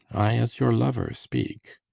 i as your lover speak.